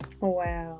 Wow